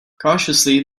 cautiously